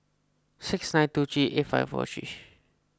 six nine two three eight five four three